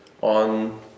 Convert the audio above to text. on